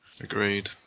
Agreed